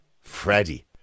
Freddie